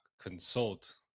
consult